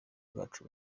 bwacu